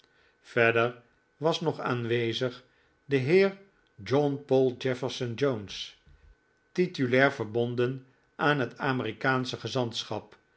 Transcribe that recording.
verder was nog aanwezig de heer john paul jefferson jones titulair verbonden aan het amerikaansche gezantschap